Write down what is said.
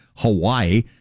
Hawaii